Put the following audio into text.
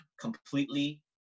completely